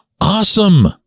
awesome